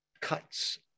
cuts